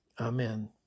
Amen